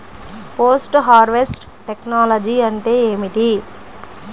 Post harvest technology అంటే ఏమిటి?